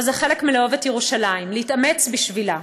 אבל זה חלק מלאהוב את ירושלים, להתאמץ בשבילה.